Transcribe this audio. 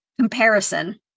comparison